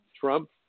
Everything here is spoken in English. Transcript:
Trump